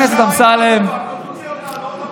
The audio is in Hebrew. אז תוציא אותנו עוד פעם.